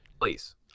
please